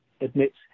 admits